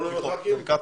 תמיכות.